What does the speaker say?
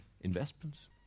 investments